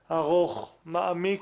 ארוך, מעמיק,